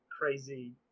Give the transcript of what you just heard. crazy